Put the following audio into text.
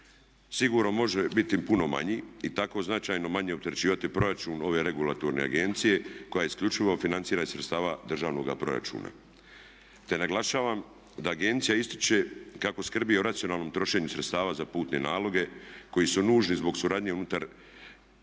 Sigurno može biti puno manja i tako značajno manje opterećivati proračun ove regulatorne agencije koja se isključivo financira iz sredstava državnoga proračuna. Te naglašavam da agencija ističe kako skrbi o racionalnom trošenju sredstava za putne naloge koji su nužni zbog suradnje unutar